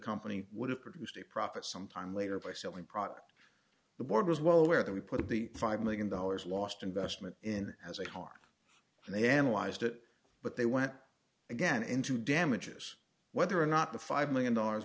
company would have produced a profit some time later by selling product the board was well aware that we put the five million dollars last investment in as a heart and they analyzed it but they went again into damages whether or not the five